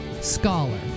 scholar